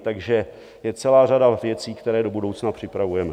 Takže je celá řada věcí, které do budoucna připravujeme.